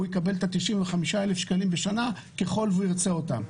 הוא יקבל את ה-95,000 שקלים בשנה ככל שהוא ירצה אותם.